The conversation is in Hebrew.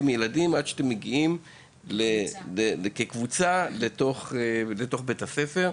ילדים עד שמגיעים כקבוצה לשטח בית הספר.